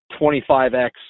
25x